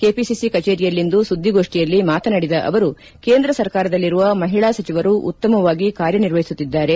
KPCC ಕಚೇರಿಯಲ್ಲಿಂದು ಸುದ್ದಿಗೋಷ್ಠಿಯಲ್ಲಿ ಮಾತನಾಡಿದ ಅವರು ಕೇಂದ್ರ ಸರ್ಕಾರದಲ್ಲಿರುವ ಮಹಿಳಾ ಸಚಿವರು ಉತ್ತಮವಾಗಿ ಕಾರ್ಯನಿರ್ವಹಿಸುತ್ತಿದ್ದಾರೆ